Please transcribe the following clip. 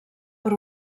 per